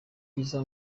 ryiza